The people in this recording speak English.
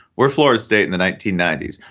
we're florida state in the nineteen ninety s.